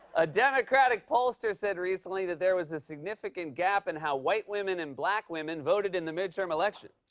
a democratic pollster said recently that there was a significant gap in how white women and black women voted in the midterm elections.